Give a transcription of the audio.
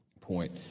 point